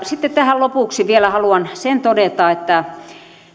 sitten tähän lopuksi vielä haluan sen todeta että